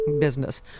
business